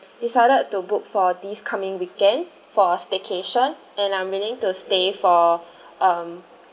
decided to book for this coming weekend for a staycation and I'm willing to stay for um